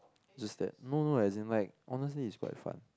just that no no as in like honestly it's quite fun